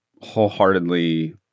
wholeheartedly